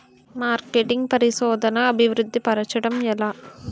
marketing పరిశోధనదా అభివృద్ధి పరచడం ఎలా